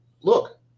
look